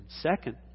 Second